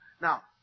Now